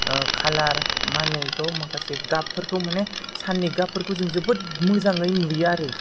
खालार मा होनो बेखौ माखासे गाबफोरखौ माने साननि गाबफोरखौ जों जोबोथ मोजाङै नुयो आरो